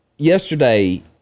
Yesterday